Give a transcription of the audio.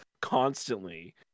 constantly